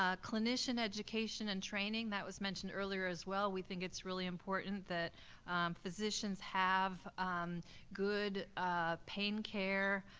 ah clinician education and training, that was mentioned earlier as well. we think it's really important that physicians have good pain care,